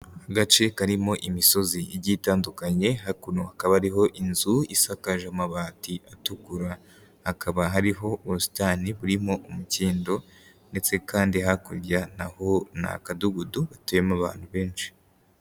Agace karimo imisozi igiye itandukanye, hakuno hakaba hariho inzu isakaje amabati atukura, hakaba hariho ubusitani burimo umukindo ndetse kandi hakurya na ho ni akadugudu gatuyemo abantu benshi.